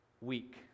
week